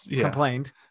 complained